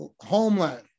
homeland